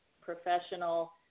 professional